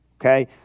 Okay